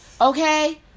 Okay